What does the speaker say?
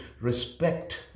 respect